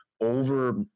over